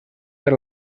per